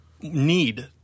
need